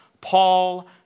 Paul